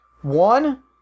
One